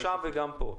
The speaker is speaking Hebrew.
גם שם וגם פה.